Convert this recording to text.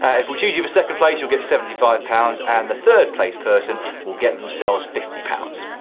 if we choose you for second place, you'll get seventy five pounds, and the third place person will get themselves fifty pounds.